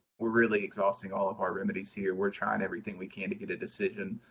we're really exhausting all of our remedies here, we're trying everything we can to get a decision,